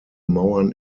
mauern